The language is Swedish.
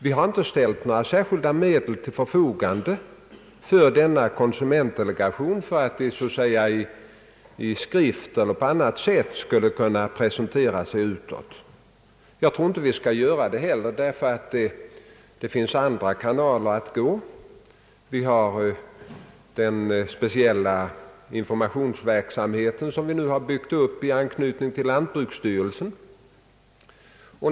Vi har inte ställt några särskilda medel till förfogande för konsumentdelegationen för att den i skrift eller på annat sätt skulle kunna presentera sig utåt. Jag tror inte vi skall göra det heller, ty det finns andra vägar att gå. Vi har den speciella informationsverksamhet som byggts upp i anknytning till lantbruksstyrelsen.